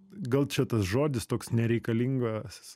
gal čia tas žodis toks nereikalingas